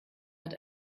hat